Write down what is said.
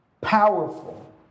powerful